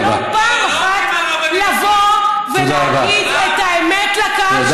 ולא פעם אחת לבוא ולהגיד את האמת לקהל,